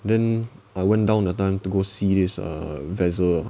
then I went down the time to go see this uh vessel